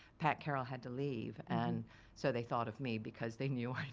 pat carroll had to leave and so they thought of me because they knew